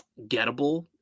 gettable